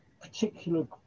particular